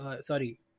Sorry